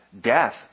Death